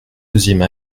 deuxième